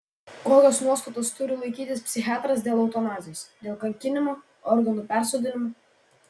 kokios nuostatos turi laikytis psichiatras dėl eutanazijos dėl kankinimo organų persodinimo